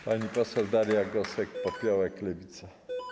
Pani poseł Daria Gosek-Popiołek, Lewica.